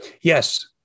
Yes